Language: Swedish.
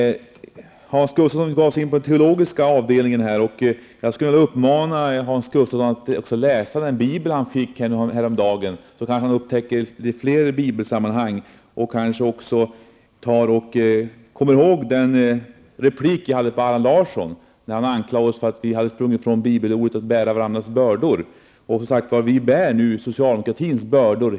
Hans Gustafsson gav sig in på den teologiska avdelningen. Jag skulle vilja uppmana Hans Gustafsson att också läsa den bibel han fick häromdagen, så kanske han upptäcker litet fler bibelsammanhang. På så sätt kanske han också kommer ihåg den replik jag hade på Allan Larsson efter det att han anklagat oss för att vi hade sprungit ifrån bibelorden att ''bära varandras bördor''. Jag sade då att hela folket nu bär socialdemokratins bördor.